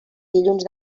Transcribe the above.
dilluns